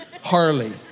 Harley